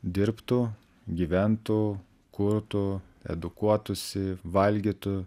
dirbtų gyventų kurtų edukuotųsi valgytų